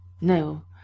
no